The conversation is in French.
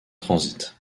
transit